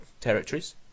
territories